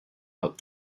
out